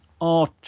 art